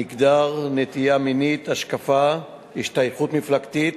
מגדר, נטייה מינית, השקפה, השתייכות מפלגתית,